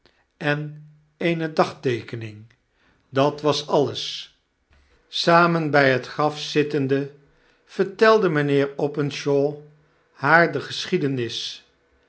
en eene dagteekening dat was alles samen by het graf zittende vertelde mynheer openshaw haar de geschiedenis